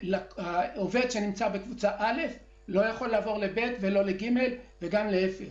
עובד שנמצא בקבוצה א' לא יכול לעבור ל-ב' או ל-ג' ולהפך.